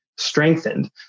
Strengthened